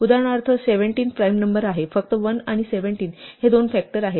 उदाहरणार्थ 17 prime number आहे फक्त 1 आणि 17 हे दोन फॅक्टर आहेत